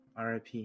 RIP